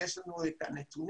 כאשר יש לנו את הנתונים,